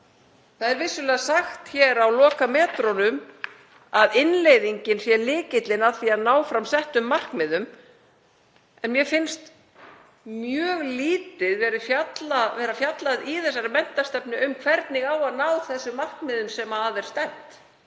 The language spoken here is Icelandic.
Það er vissulega sagt hér á lokametrunum að innleiðingin sé lykillinn að því að ná fram settum markmiðum. En mér finnst mjög lítið vera fjallað í þessari menntastefnu um hvernig á að ná þeim markmiðum sem að er stefnt.